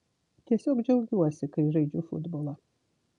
tiesiog džiaugiuosi kai žaidžiu futbolą